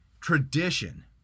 Tradition